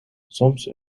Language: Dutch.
soms